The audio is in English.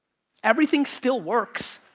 everything still works,